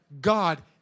God